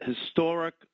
historic